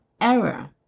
error